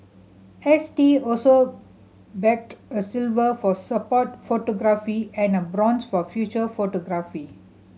S T also bagged a silver for sport photography and a bronze for feature photography